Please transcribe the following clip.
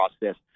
process